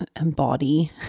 embody